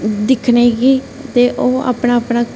दिक्खने गी ते ओह् अपना अपना